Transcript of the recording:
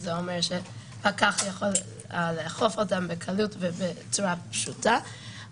שזה אומר שפקח יכול לאכוף אותן בקלות ובצורה פשוטה.